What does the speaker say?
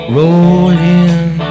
rolling